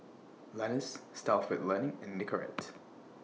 Lenas Stalford Learning and Nicorette